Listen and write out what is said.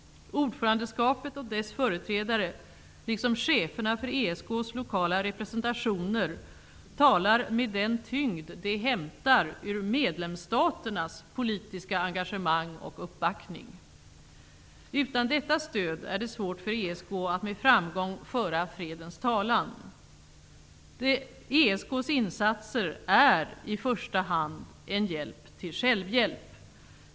Ordförandeskapet och dess företrädare, liksom cheferna för ESK:s lokala representationer, talar med den tyngd de hämtar ur medlemsstaternas politiska engagemang och uppbackning. Utan detta stöd är det svårt för ESK att med framgång föra fredens talan. ESK:s insatser är i första hand en hjälp till självhjälp.